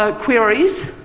ah queries